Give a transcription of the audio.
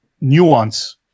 nuance